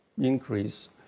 increase